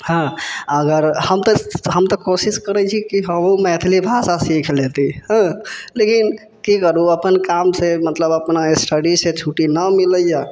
हँ अगर हम तऽ कोशिश करै छियै कि हमहूँ मैथिली भाषा सीख लेती हँ लेकिन कि करु अपन कामसँ मतलब अपना स्टडीसँ छुट्टी न मिलैया